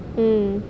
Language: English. mm